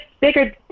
bigger